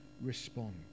respond